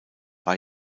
war